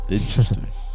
Interesting